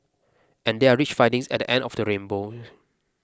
and there are rich findings at the end of the rainbow